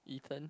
Ethan